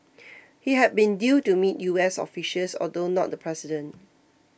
he had been due to meet U S officials although not the president